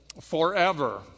forever